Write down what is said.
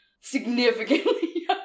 significantly